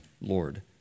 Lord